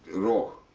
row.